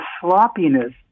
sloppiness